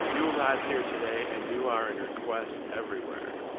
you arrive here to-day and you are in request everywhere.